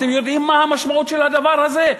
אתם יודעים מה המשמעות של הדבר הזה?